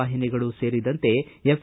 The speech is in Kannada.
ವಾಹಿನಿಗಳು ಸೇರಿದಂತೆ ಎಫ್